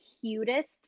cutest